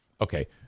Okay